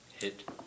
Hit